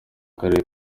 karere